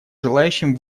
желающим